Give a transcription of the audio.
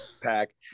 pack